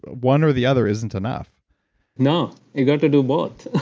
ah one or the other isn't enough no. you got to do both.